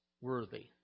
worthy